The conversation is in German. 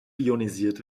ionisiert